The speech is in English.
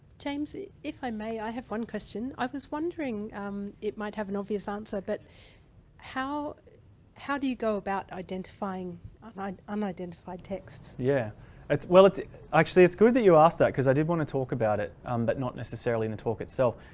james if i may i have one question. i was wondering it might have an obvious answer, but how how do you go about identifying unidentified texts? yeah it's well it's it actually it's good that you asked that because i didn't want to talk about it um but not necessarily in the talk itself.